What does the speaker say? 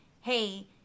Hey